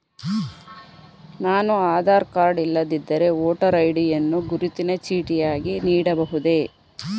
ನಾನು ಆಧಾರ ಕಾರ್ಡ್ ಇಲ್ಲದಿದ್ದರೆ voter ID ಯನ್ನು ಗುರುತಿನ ಚೀಟಿಯಾಗಿ ನೀಡಬಹುದೇ?